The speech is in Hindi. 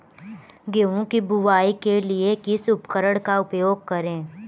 गेहूँ की बुवाई के लिए किस उपकरण का उपयोग करें?